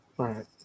Right